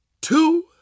two